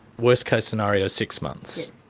worst case scenario six months?